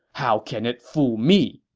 how can it fool me?